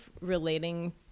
relating